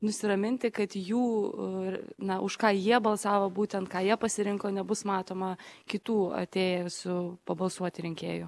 nusiraminti kad jų na už ką jie balsavo būtent ką jie pasirinko nebus matoma kitų atėjusių pabalsuoti rinkėjų